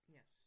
Yes